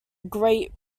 great